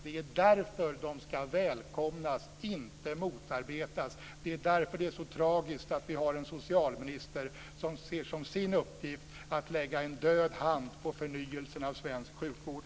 Det är därför de ska välkomnas, inte motarbetas. Det är därför det är så tragiskt att vi har en socialminister som ser som sin uppgift att lägga en död hand på förnyelsen av svensk sjukvård.